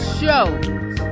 shows